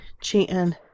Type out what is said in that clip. cheating